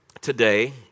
Today